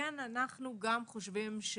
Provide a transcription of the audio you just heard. כן, אנחנו גם חושבים,